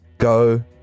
Go